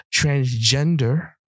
transgender